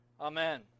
Amen